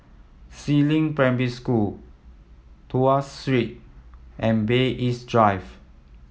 Si Ling Primary School Tuas Street and Bay East Drive